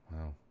Wow